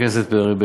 חבר הכנסת פרי,